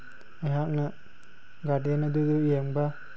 ꯑꯩꯍꯥꯛꯅ ꯒꯥꯔꯗꯦꯟ ꯑꯗꯨꯗꯨ ꯌꯦꯡꯕ